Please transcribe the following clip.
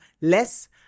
less